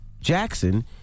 Jackson